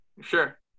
Sure